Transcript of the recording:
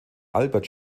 albert